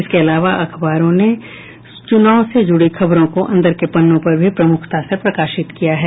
इसके अलावा अखबारों ने चुनाव से जुड़ी खबरों को अंदर के पन्नों पर भी प्रमुखता से प्रकाशित किया है